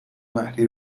مهدی